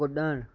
कुड॒णु